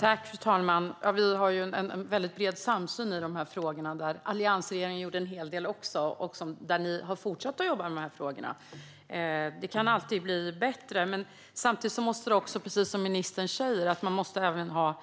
Fru talman! Vi har en väldigt bred samsyn i de här frågorna, där även alliansregeringen gjorde en hel del och där ni har fortsatt att jobba med frågorna. Det kan alltid bli bättre, men samtidigt måste vi också, precis som ministern säger, ha